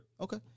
Okay